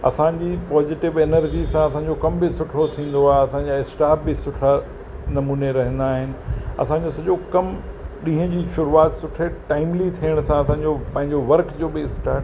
असांजी positive energy सां असांजो कम बि सुठो थींदो आहे असांजा स्टाफ बि सुठा नमूने रहंदा आहिनि असांजो सॼो कमु ॾींहं जी शुरूआति सुठे टाइमली थियण सां असांजो पंहिंजो वर्क जो बि स्टैंड